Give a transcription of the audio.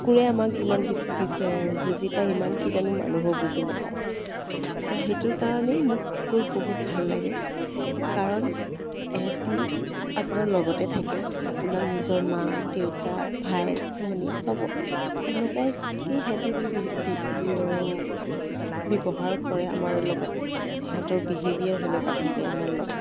কুকুৰে আমাক যিমান বি বুজি পায় সিমান কিজানি মানুহো বুজি নাপায় ত' সেইটোৰ কাৰণেই মোক কুকুৰ বহুত ভাল লাগে কাৰণ এহেতি আপোনাৰ লগতে থাকে আপোনাক নিজৰ মা দেউতা ভাই ভনী সব এনেকুৱাকেই সিহঁতি বি ব্যৱহাৰ কৰে আমাৰ লগত সিহঁতৰ বিহেভিয়াৰ সেনেকুৱা থাকে আমাৰ লগত